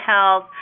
health